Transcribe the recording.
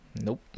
Nope